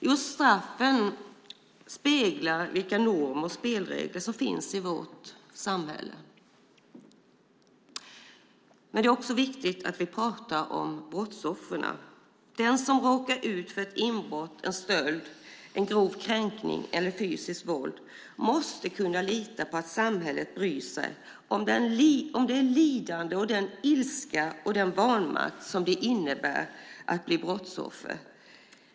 Just straffen speglar vilka normer och spelregler som finns i vårt samhälle. Det är också viktigt att vi pratar om brottsoffren. Den som råkar ut för ett inbrott, en stöld, en grov kränkning eller fysiskt våld måste kunna lita på att samhället bryr sig om det lidande, den ilska och den vanmakt som det innebär att bli brottsoffer.